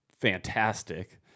fantastic